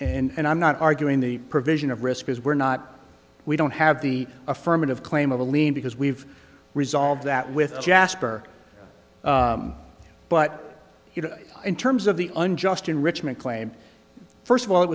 and i'm not arguing the provision of risk because we're not we don't have the affirmative claim of a lien because we've resolved that with jasper but you know in terms of the unjust enrichment claim first of all it